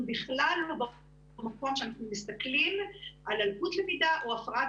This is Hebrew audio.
אנחנו בכלל לא במקום שאנחנו מסתכלים על לקות למידה או הפרעת